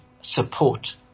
support